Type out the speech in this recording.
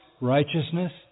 righteousness